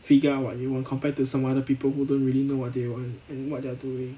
figure out what you want compared to some other people who don't really know what they want and what they're doing